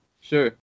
sure